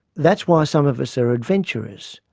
that's why some of us are adventurers,